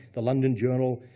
the london journal,